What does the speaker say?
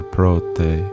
Prote